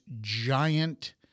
giant